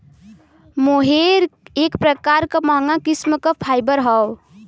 मोहेर एक प्रकार क महंगा किस्म क फाइबर हौ